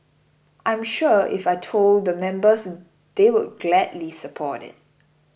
I'm sure if I had told the members they would gladly support it